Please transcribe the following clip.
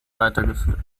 weitergeführt